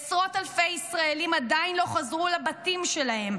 עשרות אלפי ישראלים עדיין לא חזרו לבתים שלהם,